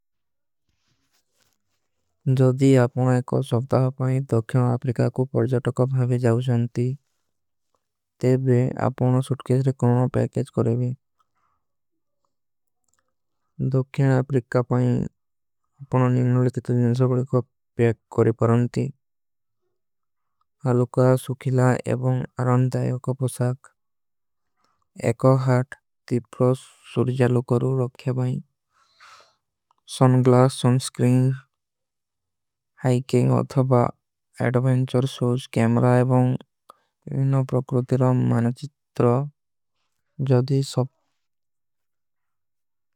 ଜଦୀ ଆପନା ଏକ ସଵଧା ହୋ ପାଇଂ ଦୋଖ୍ଯନ ଆପରିକା କୋ ପରିଜାଟ। କା ଭାଵେ ଜାଓ ଜାଉଂତୀ ତେଵେ ଆପନା ସୁଟକେଶ ରେ କୌନା ପୈକେଜ। କରେଵୀ ଦୋଖ୍ଯନ ଆପରିକା ପାଇଂ ଅପନା ନିଂଗନଲେ। ତିତରୀ ଜିନସବଲେ କା ପୈକ କରେ ପରଣତୀ ଅଲୁକା ସୁଖିଲା ଏବଂ। ଆରଣ ଦାଯୋ କା ପୁସାଖ ଏକ ହାଟ ତୀପ୍ରୋ। ସୁରୁଜାଲୋ କରୋ ରଖେ ବାଈ ସୁନ୍ଗ୍ଲାସ, ସୁନ୍ସ୍କ୍ରିଂଜ, ହାଇକେଂଗ ଅଥାବା। ଅଡବେଂଚର ସୋଚ କେମରା ଏବଂ ଇଵନ ପ୍ରକୃତିରା ମାନଚିତ୍ରା।